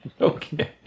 Okay